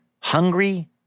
hungry